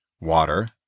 water